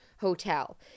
hotel